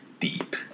deep